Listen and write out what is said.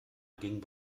ging